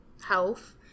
health